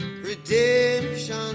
Redemption